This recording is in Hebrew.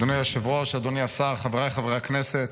אדוני היושב-ראש, אדוני השר, חבריי חברי הכנסת.